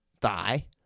thigh